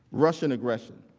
russian aggression.